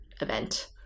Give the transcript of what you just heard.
event